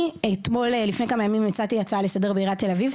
אני לפני כמה ימים הצעתי הצעה לסדר בעיריית תל אביב,